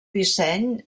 disseny